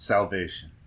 Salvation